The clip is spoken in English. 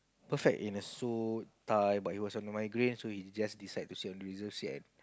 perfect in a suit tie but he was under migraine so he just decide to sit on the reserved seat